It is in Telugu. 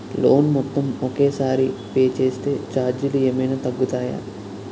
లోన్ మొత్తం ఒకే సారి పే చేస్తే ఛార్జీలు ఏమైనా తగ్గుతాయా?